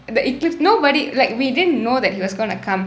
the it gives nobody like we didn't know that he was going to come